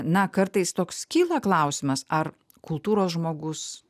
na kartais toks kyla klausimas ar kultūros žmogus